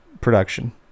production